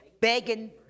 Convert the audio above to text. begging